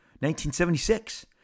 1976